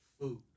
food